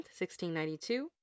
1692